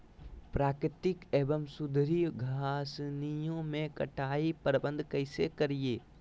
प्राकृतिक एवं सुधरी घासनियों में कटाई प्रबन्ध कैसे करीये?